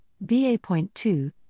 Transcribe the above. BA.2